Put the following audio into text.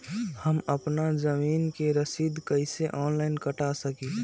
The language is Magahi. हम अपना जमीन के रसीद कईसे ऑनलाइन कटा सकिले?